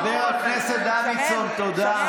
חבר הכנסת דוידסון, תודה.